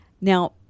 Now